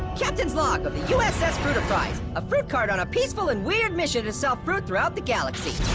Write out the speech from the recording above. captain's log of the uss fruiterprise, a fruit cart on a peaceful and weird mission to sell fruit throughout the galaxy.